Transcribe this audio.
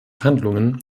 handlungen